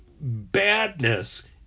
badness